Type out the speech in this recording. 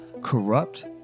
corrupt